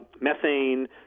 methane